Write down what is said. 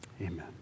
amen